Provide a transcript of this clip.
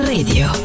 Radio